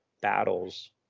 battles